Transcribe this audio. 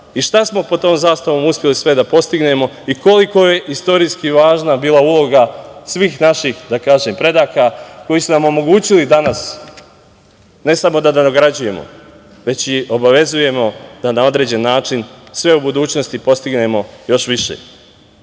i šta smo pod tom zastavom uspeli sve da postignemo i koliko je istorijski važna bila uloga svih naših predaka koji su nam omogućili da danas ne samo da nagrađujemo, već i obavezujemo da na određen način sve u budućnosti postignemo još više. Na